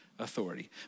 authority